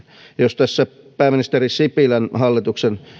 jos tässä pääministeri sipilän hallituksen